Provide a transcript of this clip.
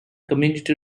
community